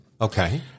Okay